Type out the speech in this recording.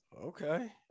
Okay